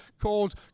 called